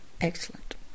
Excellent